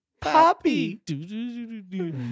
poppy